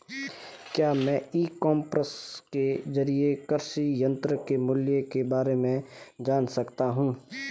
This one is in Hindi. क्या मैं ई कॉमर्स के ज़रिए कृषि यंत्र के मूल्य में बारे में जान सकता हूँ?